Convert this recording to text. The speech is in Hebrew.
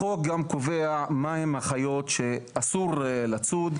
החוק גם קובע מה הן החיות שאסור לצוד,